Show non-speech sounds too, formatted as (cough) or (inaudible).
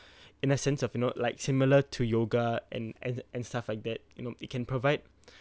(breath) in a sense of you know like similar to yoga and and and stuff like that you know it can provide (breath)